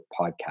podcast